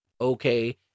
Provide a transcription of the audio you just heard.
Okay